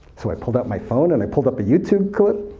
so i pulled out my phone, and i pulled up a youtube clip,